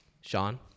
Sean